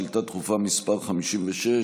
שאילתה דחופה מס' 56,